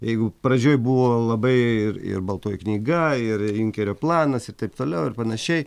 jeigu pradžioj buvo labai ir ir baltoji knyga ir junkerio planas ir taip toliau ir panašiai